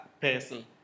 person